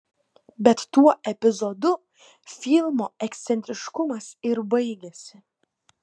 bet tuo epizodu filmo ekscentriškumas ir baigiasi